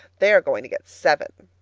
they are going to get seven.